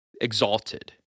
exalted